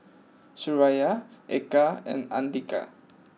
Suraya Eka and Andika